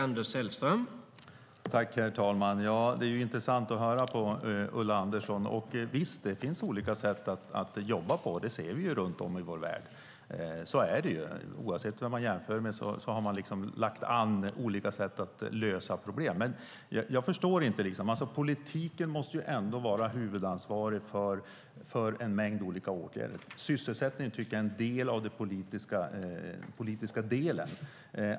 Herr talman! Det är intressant att höra på Ulla Andersson. Visst finns det olika sätt att jobba på. Det ser vi runt om i vår värld. Man har lagt an olika sätt att lösa problem. Politiken måste ändå vara huvudansvarig för en mängd olika åtgärder. Sysselsättning är en del av det politiska.